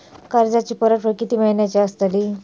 कर्जाची परतफेड कीती महिन्याची असतली?